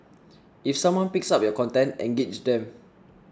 if someone picks up your content engage them